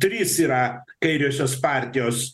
trys yra kairiosios partijos